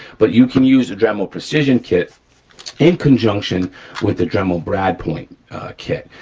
but you can use a dremel precision kit in conjunction with the dremel brad point kit.